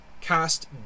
cast